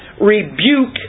Rebuke